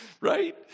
Right